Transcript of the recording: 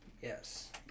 Yes